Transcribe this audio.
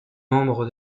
membre